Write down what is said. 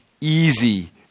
easy